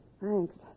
Thanks